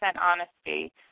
honesty